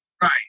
Right